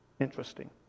Interesting